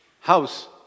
House